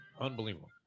Unbelievable